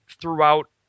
throughout